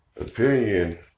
opinion